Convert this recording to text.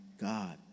God